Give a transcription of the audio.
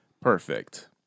Perfect